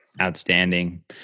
Outstanding